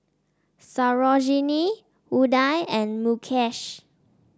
Sarojini Udai and Mukesh